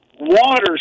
water